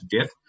death